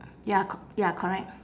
ya c~ ya correct